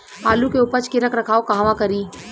आलू के उपज के रख रखाव कहवा करी?